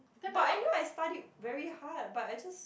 but anyway I studied very hard but I just